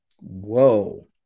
Whoa